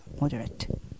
moderate